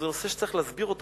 זה נושא שצריך להסביר אותו,